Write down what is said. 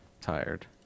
tired